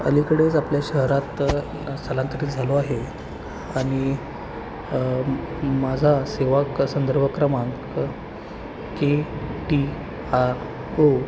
अलीकडेच आपल्या शहरात स्थलांतरीत झालो आहे आणि माझा सेवा क संदर्भ क्रमांक के टी आर ओ